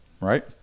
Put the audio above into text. Right